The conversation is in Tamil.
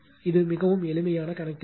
இது மிகவும் எளிமையான கணக்கீடு